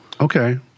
Okay